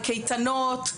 לקייטנות,